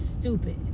stupid